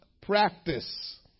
practice